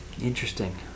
Interesting